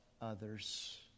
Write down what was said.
others